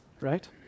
right